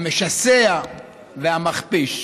המשסע והמכפיש.